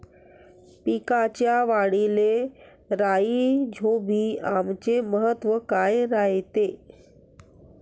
पिकाच्या वाढीले राईझोबीआमचे महत्व काय रायते?